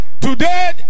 today